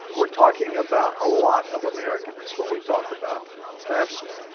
we're talking about a lot of americans when we talk about fafsa.